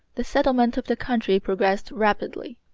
the settlement of the country progressed rapidly.